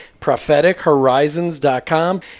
prophetichorizons.com